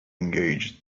engaged